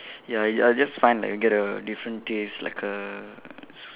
ya I I just find like get a different taste like a s~